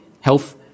health